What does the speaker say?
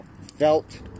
felt